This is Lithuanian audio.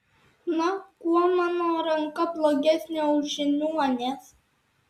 na kuo mano ranka blogesnė už žiniuonės